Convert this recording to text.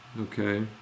Okay